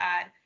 add